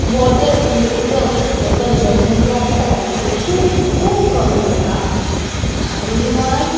water म्हणजे उदक consumption जें आसता तांचें तें खूब खूब कमी आसा आनी म्हणोन